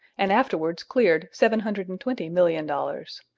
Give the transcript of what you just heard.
and afterwards cleared seven hundred and twenty million dollars.